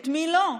את מי לא.